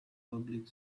public